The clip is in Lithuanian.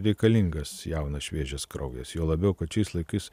reikalingas jaunas šviežias kraujas juo labiau kad šiais laikais